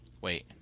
Wait